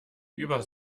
über